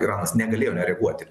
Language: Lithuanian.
iranas negalėjo nereaguoti